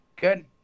Good